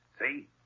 see